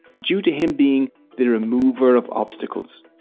due to him being the remover of obstacles.